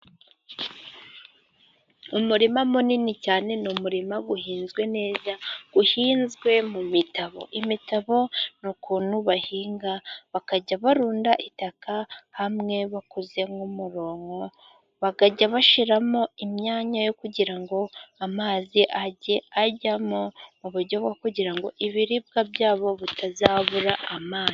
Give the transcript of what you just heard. Umurima munini cyane ni umurima uhinzwe neza, uhinzwe mu mitabo, imitabo n'ukuntu bahinga bakajya barunda itaka hamwe, bakoze nk'umurongo, bakajya bashyiramo imyanya yo kugira ngo amazi ajye ajyamo, uburyo bwo kugira ngo ibiribwa byabo bitazabura amazi.